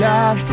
God